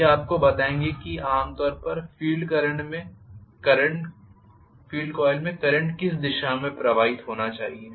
यह आपको बताएंगे कि आम तौर पर फील्ड कॉइल में करंट किस दिशा में प्रवाहित होना चाहिए